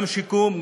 גם שיקום,